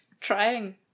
trying